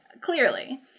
clearly